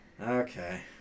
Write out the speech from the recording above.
Okay